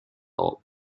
all